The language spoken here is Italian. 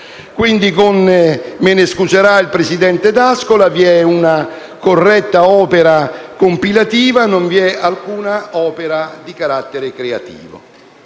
Quindi - mi scuserà il presidente D'Ascola - vi è una corretta opera compilativa e non vi è alcuna opera di carattere creativo.